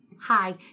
hi